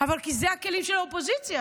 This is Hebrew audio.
כי אלה הכלים של האופוזיציה.